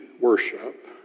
worship